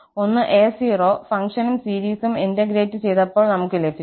ഒന്ന് a0 ഫംഗ്ഷനും സീരീസും ഇന്റഗ്രേറ്റ് ചെയ്തപ്പോൾ നമുക്കത് ലഭിച്ചു